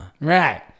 Right